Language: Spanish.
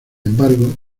embargo